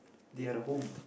they are the home